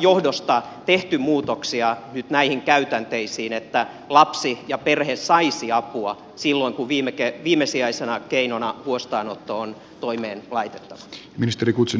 johdosta tehty muutoksia nyt näihin käytänteisiin että lapsi ja perhe saisivat apua silloin kun viimesijaisena keinona huostaanotto on toimeen laitettava